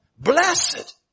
Blessed